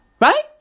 Right